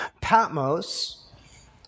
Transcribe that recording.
Patmos